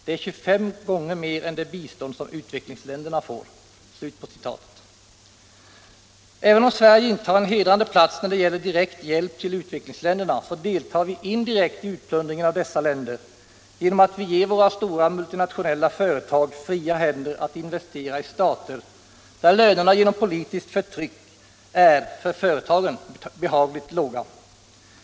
—-—- Det är 25 gånger mer än det bistånd som utvecklingsländerna får, —-=-.” Även om Sverige intar en hedrande plats när det gäller direkt hjälp till utvecklingsländerna, så deltar vi indirekt i utplundringen av dessa länder genom att vi ger våra stora multinationella företag fria händer att investera i stater, där lönerna genom politiskt förtryck är — för företagen — behagligt låga.